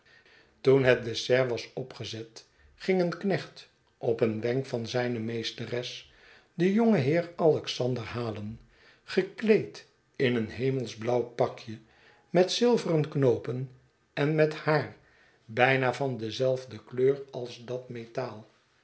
toen het dessert was opgezet ging eenknecht op een wenk van zijne meesteres den jongen heer alexander halen gekleed in een hemelsblauw pakje met zilveren knoopen en met haar bijna van dezelfde kleur als dat metaal